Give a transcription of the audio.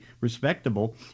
respectable